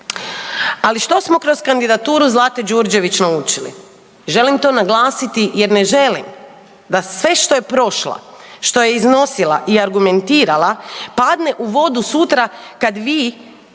Ali, što smo kroz kandidaturu Zlate Đurđević naučili? Želim to naglasiti jer ne želim da sve što je prošla, što je iznosila i argumentirala padne u vodu sutra kada vi,